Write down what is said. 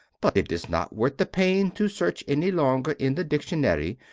but it is not worth the pain to search any longer in the dictionary.